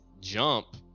jump